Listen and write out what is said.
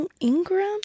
Ingram